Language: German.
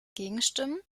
gegenstimmen